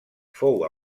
fou